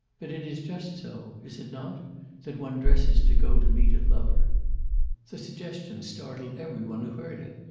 but it is just so is it not that one dresses to go to meet a lover. the suggestion startled every one who heard it.